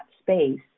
space